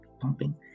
pumping